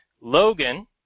Logan